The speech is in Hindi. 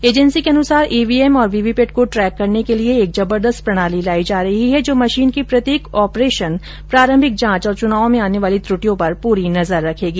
एजेंसी के अनुसार ईवीएम और वीवीपैट को ट्रैक करने के लिए एक जबरदस्त प्रणाली लायी जा रही है जो मशीन के प्रत्येक ऑपरेशन प्रारंभिक जांच और चुनाव में आने वाली त्र्टियों पर पूरी नजर रखेगी